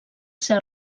ser